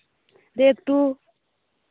ᱫᱤᱭᱮ ᱮᱠᱴᱩ